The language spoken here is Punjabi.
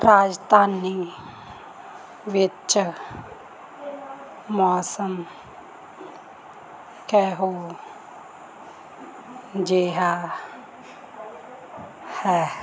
ਰਾਜਧਾਨੀ ਵਿੱਚ ਮੌਸਮ ਕਿਹੋ ਜਿਹਾ ਹੈ